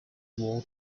war